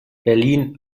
berlin